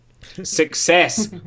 Success